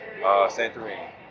Santorini